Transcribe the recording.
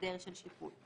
הסדר של שיפוי.